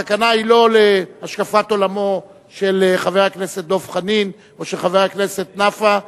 הסכנה היא לא להשקפת עולמו של חבר הכנסת דב חנין או של חבר הכנסת נפאע,